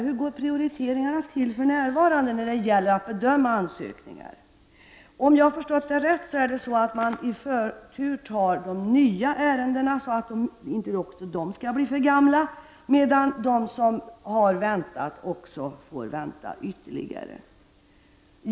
Hur görs prioriteringarna för närvarande när det gäller att bedöma ansökningar? Om jag har förstått det rätt, har de nya ärendena förtur så att inte de också skall bli för gamla, medan de som har väntat får vänta ytterligare.